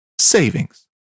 savings